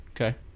Okay